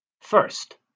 First